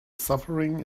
suffering